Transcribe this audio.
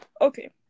Okay